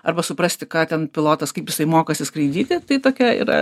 arba suprasti ką ten pilotas kaip jisai mokosi skraidyti tai tokia yra